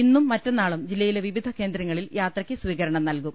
ഇന്നും മറ്റന്നാളും ജില്ലയിലെ വിവിധ കേന്ദ്രങ്ങളിൽ യാത്രയ്ക്ക് സ്വീകരണം നൽകും